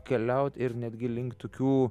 keliaut ir netgi link tokių